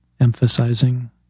emphasizing